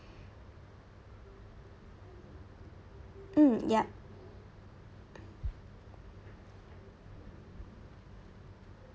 mm yup